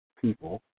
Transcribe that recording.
people